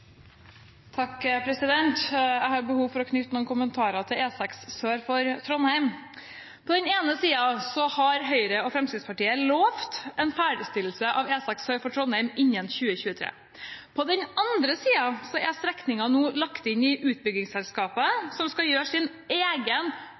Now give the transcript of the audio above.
Jeg har behov for å knytte noen kommentarer til E6 sør for Trondheim. På den ene siden har Høyre og Fremskrittspartiet lovet en ferdigstillelse av E6 sør for Trondheim innen 2023. På den andre siden er strekningen nå lagt til utbyggingsselskapet, som skal gjøre sin egen